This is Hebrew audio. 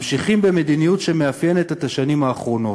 ממשיכים במדיניות שמאפיינת את השנים האחרונות,